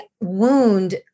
wound